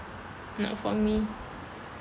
not for me